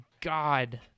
God